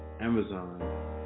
Amazon